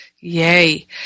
Yay